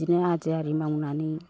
बिदिनो आदि आरि मावनानै